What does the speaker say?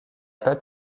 pas